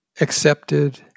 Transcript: accepted